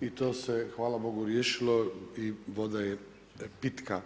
i to se hvala Bogu riješilo i voda je pitka.